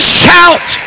shout